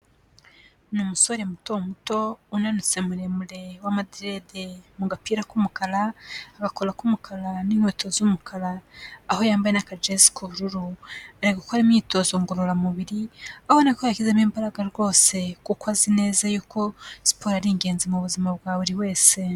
Ni umusore muto muto, unanutse muremure w'amadrede; mu gapira k'umukara, agakora k'umukara n'inkweto z'umukara, aho yambaye n'akajezi k'ubururu. Ari gukora imyitozo ngororamubiri, abona ko yashyizemo imbaraga rwose, kuko azi neza yuko, siporo ari ingenzi mu buzima bwa buri wese.